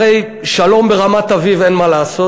הרי שלום ברמת-אביב אין מה לעשות,